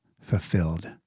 fulfilled